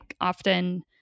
often